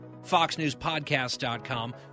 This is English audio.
foxnewspodcast.com